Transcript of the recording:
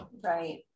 right